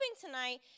tonight